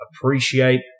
appreciate